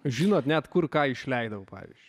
žinot net kur ką išleidau pavyzdžiui